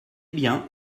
bien